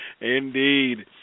Indeed